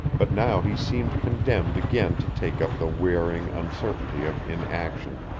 but now he seemed condemned again to take up the wearing uncertainty of inaction.